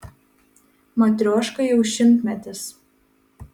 matrioškai jau šimtmetis